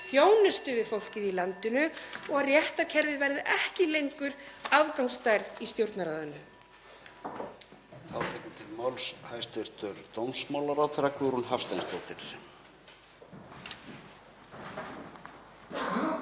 þjónustu við fólkið í landinu og að réttarkerfið verði ekki lengur afgangsstærð í Stjórnarráðinu.